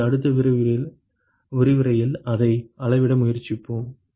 எனவே அடுத்த விரிவுரையில் அதை அளவிட முயற்சிப்போம்